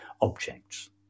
objects